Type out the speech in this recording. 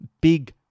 big